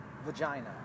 vagina